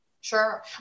Sure